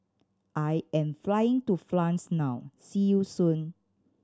I am flying to France now see you soon